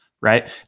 right